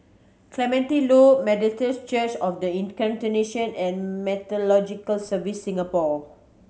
Clementi Loop Methodist Church Of The Incarnation and Meteorological Services Singapore